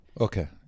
okay